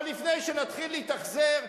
אבל לפני שנתחיל להתאכזר,